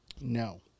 No